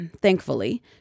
thankfully